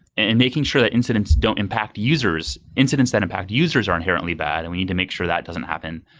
and making sure that incidents don't impact users, incidents that impact users are inherently bad and we need to make sure that doesn't happen.